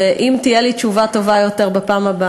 ואם תהיה לי תשובה טובה יותר בפעם הבאה